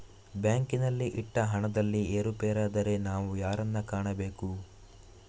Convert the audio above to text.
ಬ್ಯಾಂಕಿನಲ್ಲಿ ಇಟ್ಟ ಹಣದಲ್ಲಿ ಏರುಪೇರಾದರೆ ನಾವು ಯಾರನ್ನು ಕಾಣಬೇಕು?